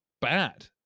bad